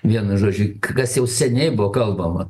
vienu žodžiu k kas jau seniai buvo kalbama